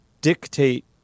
dictate